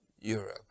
Europe